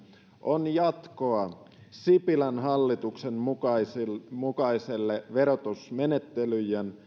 on jatkoa sipilän hallituksen mukaiselle mukaiselle verotusmenettelyjen